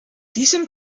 diesem